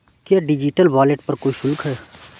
क्या digital wallet पर कोई शुल्क है?